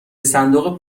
صندوق